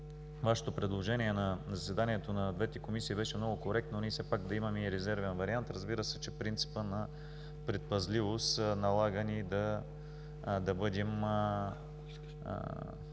Вашето предложение на заседанието на двете комисии, беше много коректно, ние все пак да имаме и резервен вариант. Разбира се, че принципът на предпазливост налага ние да имаме